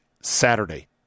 Saturday